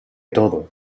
todo